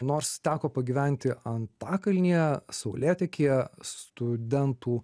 nors teko pagyventi antakalnyje saulėtekyje studentų